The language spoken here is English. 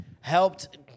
helped